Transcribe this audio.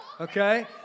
Okay